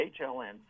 HLN